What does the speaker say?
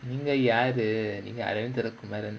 நீங்க யாரு நீங்க:neenga yaaru neenga aravintha kumaran